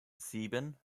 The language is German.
sieben